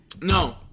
No